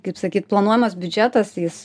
kaip sakyt planuojamas biudžetas jis